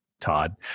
Todd